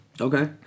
okay